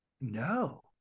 No